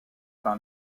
par